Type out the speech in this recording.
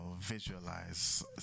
visualize